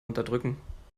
unterdrücken